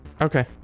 Okay